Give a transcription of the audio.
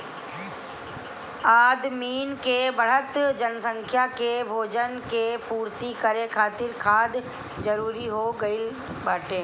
आदमिन के बढ़त जनसंख्या के भोजन के पूर्ति करे खातिर खाद जरूरी हो गइल बाटे